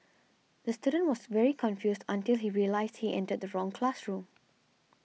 the student was very confused until he realised he entered the wrong classroom